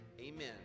Amen